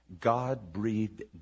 God-breathed